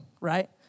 right